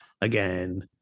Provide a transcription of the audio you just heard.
again